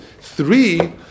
three